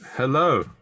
Hello